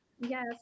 Yes